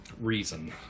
Reason